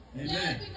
Amen